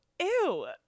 Ew